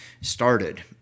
started